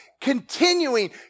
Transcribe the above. Continuing